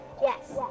Yes